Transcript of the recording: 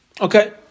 Okay